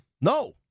No